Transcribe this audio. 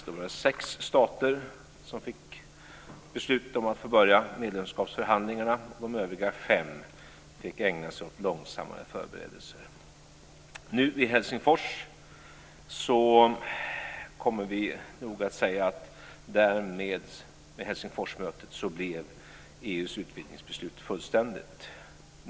Då var det sex stater som fick beslut om att få börja medlemskapsförhandlingarna, och de övriga fem fick ägna sig åt långsammare förberedelser. Helsingforsmötet kommer vi nog att säga var det tillfälle då EU:s utvidgningsbeslut blev fullständigt.